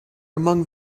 among